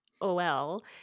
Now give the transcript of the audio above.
OL